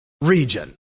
region